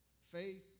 Faith